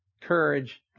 courage